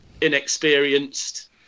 inexperienced